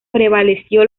prevaleció